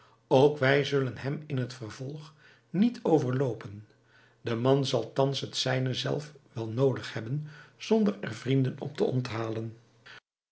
ook wij zullen hem in het vervolg niet overloopen de man zal thans het zijne zelf wel noodig hebben zonder er vrienden op te onthalen